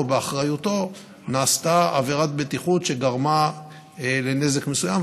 או באחריותו נעשתה עבירת בטיחות שגרמה לנזק מסוים,